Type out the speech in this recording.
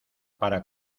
para